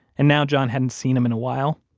and now john hadn't seen him in a while,